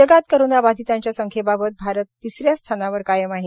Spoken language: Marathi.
जगात कोरोनाबाधितांच्या संख्येबाबत भारत तिसऱ्या स्थानावर कायम आहे